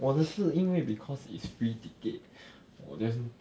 我的是因为 because it's free ticket orh there's a